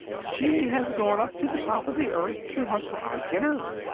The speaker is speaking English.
she has gone up to the top of the earth to hunt for our dinner.